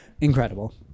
incredible